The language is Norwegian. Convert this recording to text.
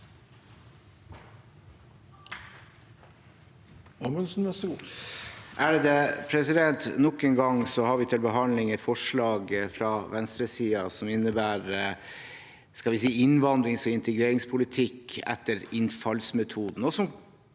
Nok en gang har vi til behandling et forslag fra venstresiden som innebærer – skal vi si – innvandrings- og integreringspolitikk etter innfallsmetoden,